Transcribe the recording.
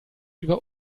über